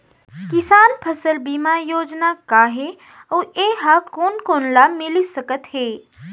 किसान फसल बीमा योजना का हे अऊ ए हा कोन कोन ला मिलिस सकत हे?